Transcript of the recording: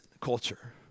culture